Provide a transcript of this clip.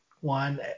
one